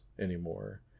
anymore